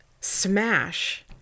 smash